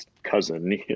cousin